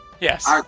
yes